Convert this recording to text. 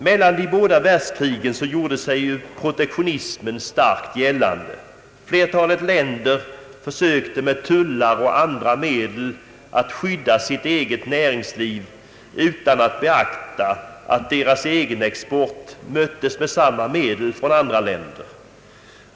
Mellan de båda världskrigen gjorde sig som bekant protektionismen starkt gällande. Flertalet länder försökte med tullar och andra medel att skydda sitt eget näringsliv utan att beakta att deras egen export utsattes för samma sak från andra länder.